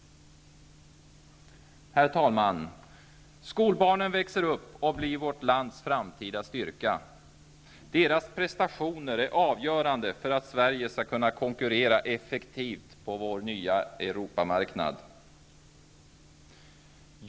Herr talman! Skolbarnen växer upp och blir vårt lands framtida styrka. Deras prestationer är avgörande för att Sverige skall kunna konkurrera effektivt på vår nya Europamarknad.